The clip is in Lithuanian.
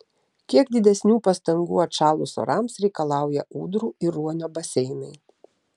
kiek didesnių pastangų atšalus orams reikalauja ūdrų ir ruonio baseinai